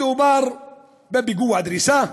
מדובר בפיגוע דריסה,